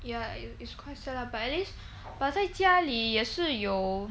ya it is quite sad lah but at least but 在家里也是有